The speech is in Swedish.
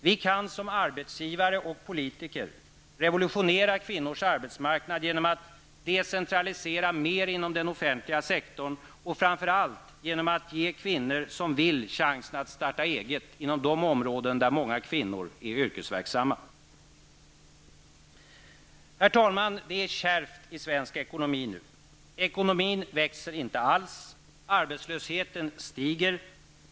Vi kan som arbetsgivare och politiker revolutionera kvinnors arbetsmarknad genom att decentralisera mer inom den offentliga sektorn och framför allt genom att ge de kvinnor som vill chansen att starta eget inom de områden där många kvinnor är yrkesverksamma. Herr talman! Det är kärvt i svensk ekonomi nu. Ekonomin växer inte alls. Arbetslösheten stiger.